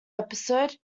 episode